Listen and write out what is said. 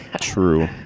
True